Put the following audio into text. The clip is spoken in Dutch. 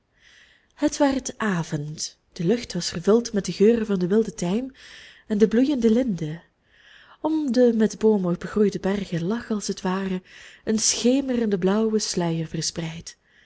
het werd avond de lucht was vervuld met den geur van den wilden tijm en de bloeiende linde om de met boomen begroeide bergen lag als het ware een schemerende blauwe sluier verspreid